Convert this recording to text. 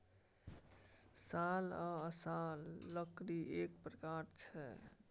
साल आ असला लकड़ीएक प्रकार छै